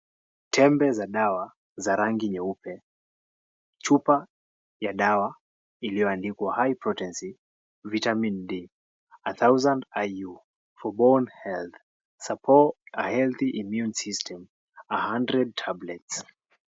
Tembe za dawa za rangi nyeupe. Chupa ya dawa iliyoandikwa high-protein C, vitamin D, 1000 IU for bone health, support a healthy immune system, a hundred tablets.